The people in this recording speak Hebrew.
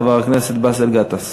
חבר הכנסת באסל גטאס.